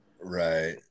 Right